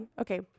Okay